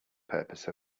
purpose